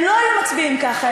הם לא היו מצביעים ככה,